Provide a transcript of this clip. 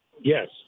Yes